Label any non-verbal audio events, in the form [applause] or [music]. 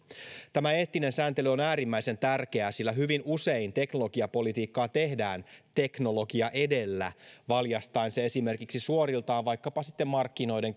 eettinen sääntely on äärimmäisen tärkeää sillä hyvin usein teknologiapolitiikkaa tehdään teknologia edellä valjastaen se esimerkiksi suoriltaan vaikkapa sitten markkinoiden [unintelligible]